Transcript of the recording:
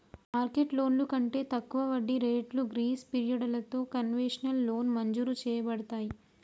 market లోన్లు కంటే తక్కువ వడ్డీ రేట్లు గ్రీస్ పిరియడలతో కన్వెషనల్ లోన్ మంజురు చేయబడతాయి